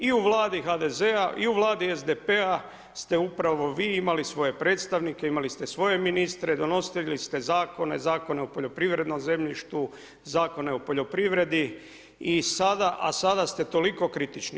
I u Vladi HDZ-a i u Vladi SDP-a s te upravo vi imali svoje predstavnike, imali ste svoje ministre, donosili ste zakone, Zakon o poljoprivrednom zemljištu, zakone o poljoprivredi a sada ste toliko kritični.